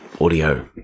audio